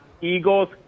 Eagles